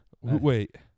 Wait